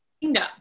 Kingdom